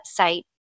website